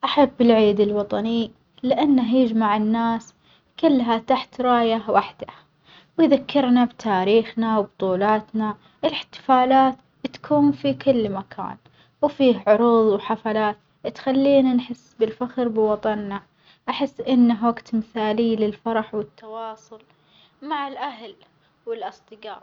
أحب العيد الوطني لأنه يجمع الناس كلها تحت راية واحدة ويذكرنا بتاريخنا وبطولاتنا، الاحتفالات تكون في كل مكان وفيه عروظ وحفلات تخلينا نحس بالفخر بوطنا، أحس إنه وجت مثالي للفرح والتواصل مع الأهل والأصدجاء.